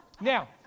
Now